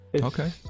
Okay